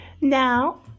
now